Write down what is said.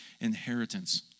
inheritance